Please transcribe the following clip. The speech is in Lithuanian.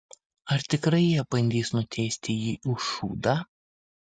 ar tikrai jie bandys nuteisti jį už šūdą